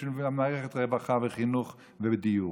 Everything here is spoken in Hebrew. בשביל מערכת רווחה וחינוך ודיור?